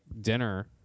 dinner